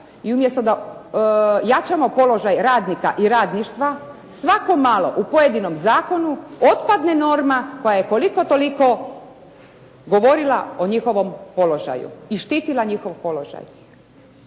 i umjesto da jačamo položaj radnika i radništva svako malo u pojedinom zakonu otpadne norma koja je koliko toliko govorila o njihovom položaju i štitila njihov položaj.